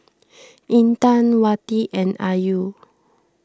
Intan Wati and Ayu